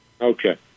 Okay